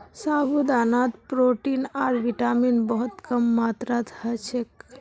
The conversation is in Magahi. साबूदानात प्रोटीन आर विटामिन बहुत कम मात्रात ह छेक